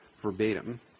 verbatim